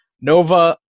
Nova